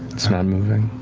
it's not moving.